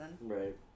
Right